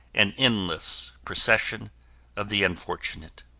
an endless procession of the unfortunate.